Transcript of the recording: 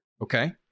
Okay